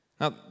Now